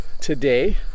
today